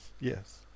Yes